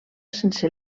sense